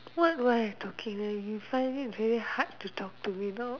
what why I talking there you find it very hard to talk to me now